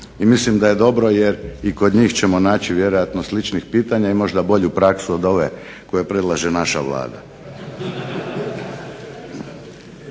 I mislim da je dobro jer i kod njih ćemo vjerojatno naći sličnih pitanja i možda bolju praksu od ove koju predlaže naša Vlada.